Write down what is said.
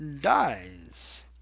dies